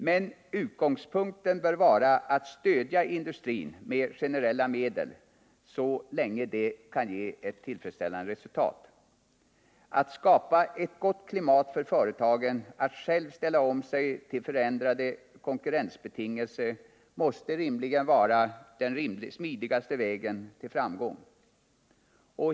Men utgångspunkten bör vara att stödja industrin med generella medel så länge det kan ge tillfredsställande resultat. Att skapa ett gott klimat för företagen att själva ställa om sig till förändrade konkurrensbetingelser måste rimligen vara den smidigaste vägen till framgång.